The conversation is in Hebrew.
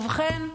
ובכן,